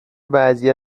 بعضی